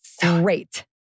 Great